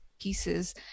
pieces